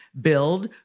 Build